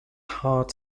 heart